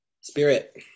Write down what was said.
Spirit